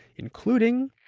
including,